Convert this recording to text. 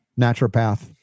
naturopath